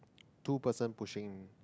two person pushing